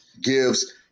gives